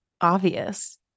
obvious